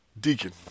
Deacon